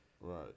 Right